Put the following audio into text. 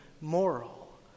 moral